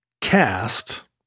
cast